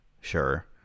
Sure